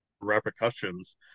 repercussions